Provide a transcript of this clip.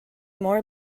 more